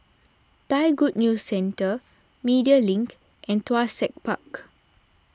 Thai Good News Centre Media Link and Tuas Tech Park